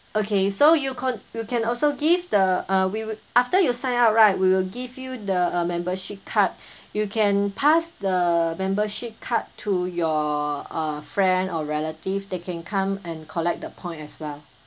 okay so you con~ you can also give the uh we will after you sign up right we will give you the uh membership card you can pass the membership card to your uh friend or relative they can come and collect the point as well